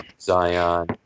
Zion